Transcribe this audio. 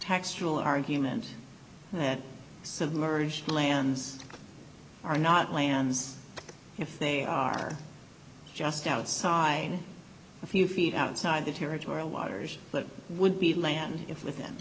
textural argument that submerged lands are not lands if they are just outside a few feet outside the territorial waters that would be land if with